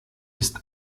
ist